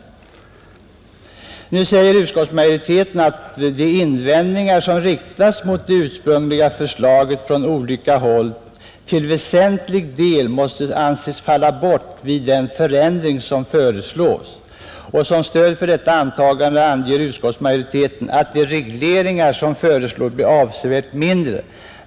Nu säger utskottsmajoriteten att de invändningar som från olika håll riktats mot det ursprungliga förslaget till väsentlig del måste anses falla bort vid den förändring som föreslås. Som stöd för detta antagande anger utskottsmajoriteten att de regleringar som nu föreslås blir avsevärt mindre.